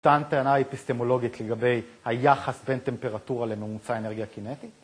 טען טענה היפיסטמולוגית לגבי היחס בין טמפרטורה לממוצע אנרגיה קינטית.